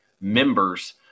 members